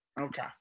Okay